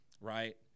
right